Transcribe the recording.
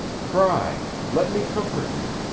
cry. let me comfort you.